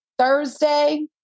Thursday